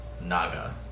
naga